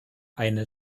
eine